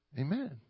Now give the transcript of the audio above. Amen